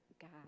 God